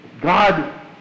God